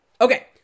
Okay